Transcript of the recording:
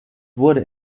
wurde